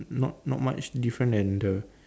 not not much different than the